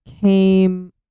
came